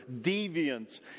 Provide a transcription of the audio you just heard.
deviants